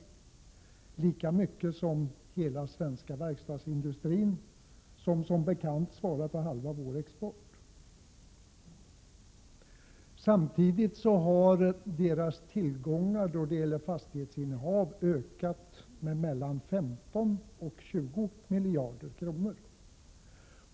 Det är lika mycket som för hela den svenska verkstadsindustrin, vilken som bekant svarar för halva vår export. Samtidigt har branschens tillgångar i fastighetsinnehav ökat med mellan 15 och 20 miljarder kronor.